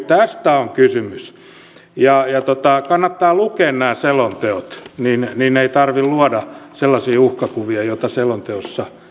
tästä on kysymys kannattaa lukea nämä selonteot niin niin ei tarvitse luoda sellaisia uhkakuvia joita selonteossa